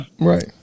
Right